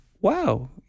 wow